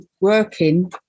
working